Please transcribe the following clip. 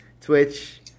Twitch